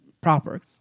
proper